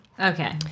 Okay